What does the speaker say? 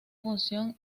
función